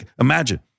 imagine